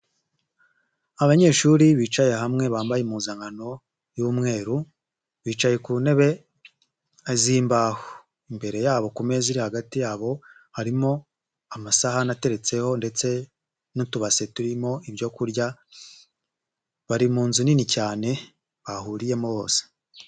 Abanyeshuri bicaye hamwe bambaye impuzankan y'umweru, bicaye ku ntebe zimbaho. Imbere yabo ku meza iri hagati yabo, harimo amasahani ateretseho ndetse n'utubase turimo ibyo kurya. Bari mu nzu nini cyane bahuriyemo bose.